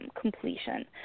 completion